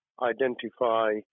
identify